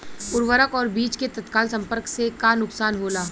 उर्वरक और बीज के तत्काल संपर्क से का नुकसान होला?